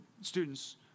students